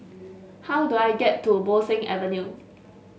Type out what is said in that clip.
how do I get to Bo Seng Avenue